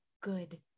good